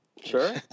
Sure